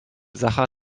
sacher